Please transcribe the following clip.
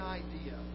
idea